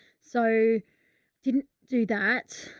so didn't do that.